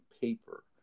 paper